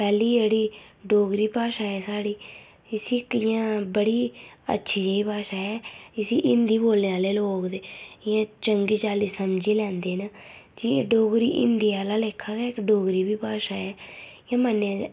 पैह्ली जेह्ड़ी डोगरी भाशा ऐ साढ़ी इसी इक बड़ी अच्छी जेही भाशा ऐ इसी हिंदी बोलने आह्ले लोक ते चंगी चाल्ली समझी लैंदे न ठीक ऐ डोगरी हिंदी आह्ले लेखा गै इक्क डोगरी बी भाशा ऐ एह् मन्नेआ जंदा ऐ